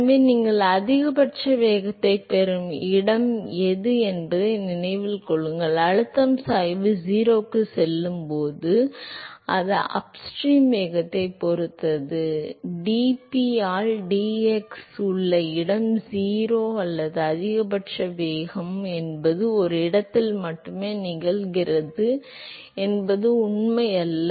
எனவே நீங்கள் அதிகபட்ச வேகத்தைப் பெறும் இடம் என்பதை நினைவில் கொள்ளுங்கள் அழுத்தம் சாய்வு 0 க்கு செல்லும் போது அது அப்ஸ்ட்ரீம் வேகத்தைப் பொறுத்தது அது இல்லை நீங்கள் d p ஆல் d x உள்ள இடம் 0 அல்லது அதிகபட்ச வேகம் என்பது ஒரு இடத்தில் மட்டுமே நிகழ்கிறது என்பது உண்மையல்ல